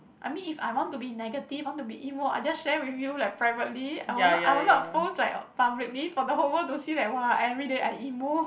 I mean if I want to be negative I want to be emo I just share with you like privately I will not I will not post like publicly for the whole world to see like !whoa! everyday I emo